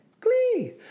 Glee